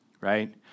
right